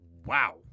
wow